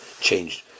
changed